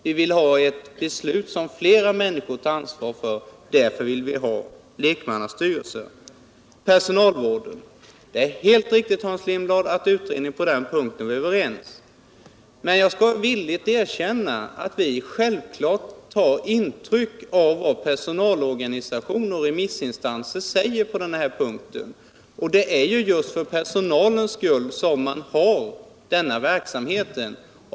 Vi vill ha ett beslut som flera människor har ansvar för. Därför vill vi ha lekmannastyrelser. När det gäller personalvården är det helt riktigt, Hans Lindblad, att utredningen på den punkten var enig. Men jag skall villigt erkänna att vi självfallet tar intryck av vad personalorganisationer och remissinstanser säger. Det är just för personalens skull som man har denna verksamhet.